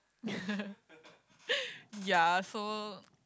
ya so